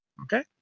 Okay